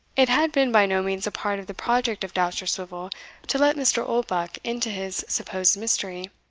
it had been by no means a part of the project of dousterswivel to let mr. oldbuck into his supposed mystery.